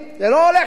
זה לא הולך ככה.